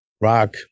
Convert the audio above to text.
rock